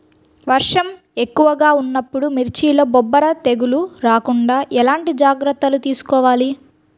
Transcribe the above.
వర్షం ఎక్కువగా ఉన్నప్పుడు మిర్చిలో బొబ్బర తెగులు రాకుండా ఎలాంటి జాగ్రత్తలు తీసుకోవాలి?